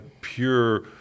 pure